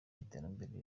y’iterambere